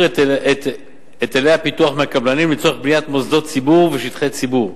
את היטלי הפיתוח מהקבלנים לצורך בניית מוסדות ציבור ושטחי ציבור.